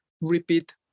repeat